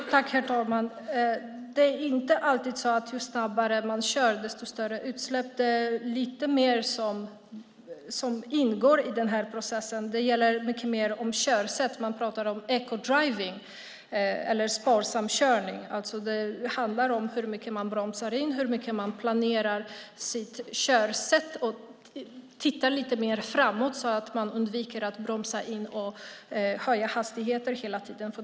Herr talman! Det är inte alltid så att ju snabbare man kör desto större utsläpp. Det är lite mer som ingår i den här processen. Det handlar mycket mer om körsätt. Man pratar om eko-driving eller sparsam körning. Det handlar om hur mycket man bromsar in, hur mycket man planerar sitt körsätt, tittar lite mer framåt så att man undviker att bromsa in och höja hastigheten hela tiden.